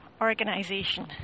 organization